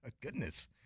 Goodness